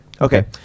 Okay